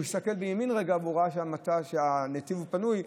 הוא הסתכל לימין רגע והוא ראה שהנתיב פנוי,